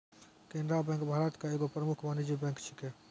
Canara bank भारत के एगो प्रमुख वाणिज्यिक बैंक छै